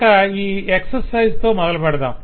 ఇక ఈ ఎక్షర్సైజుతో మొదలుపెడదాం